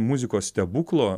muzikos stebuklo